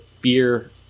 beer